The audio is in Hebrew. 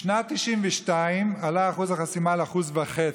בשנת 1992 עלה אחוז החסימה ל-1.5%.